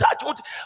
touch